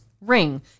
ring